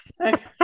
Okay